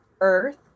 Earth